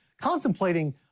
contemplating